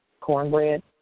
cornbread